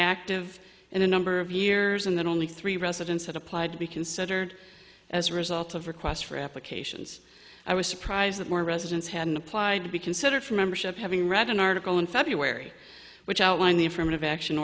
active in a number of years and then only three residents had applied to be considered as a result of requests for applications i was surprised that more residents hadn't applied to be considered for membership having read an article in february which outlined the in front of action